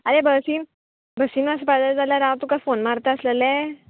आरे बसीन बसीन वचपा जाय जाल्यार हांव तुका फोन मारता आसलेले